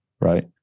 right